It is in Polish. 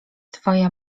twoja